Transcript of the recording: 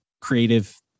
Creative